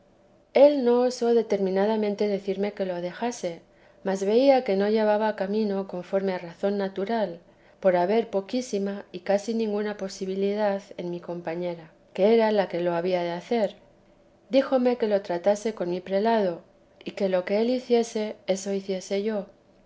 él no osó determinadamente decirme que lo dejase mas veía que no llevaba camino conforme a razón natural por haber poquísima y casi ninguna posibilidad en mi compañera que era la que lo había de hacer díjomc que lo tratase con mi perlado y que lo que él hiciese eso hiciese yo